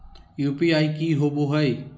UPI की होवे हय?